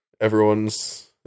everyone's